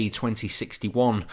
2061